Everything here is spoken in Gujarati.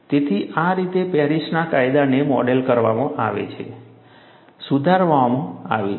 તેથી આ રીતે પેરિસના કાયદાને મોડેલ કરવામાં આવે છે સુધારવામાં આવે છે